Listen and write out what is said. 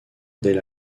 del